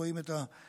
רואים את השריטות,